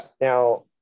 Now